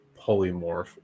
polymorph